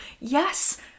yes